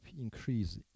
increase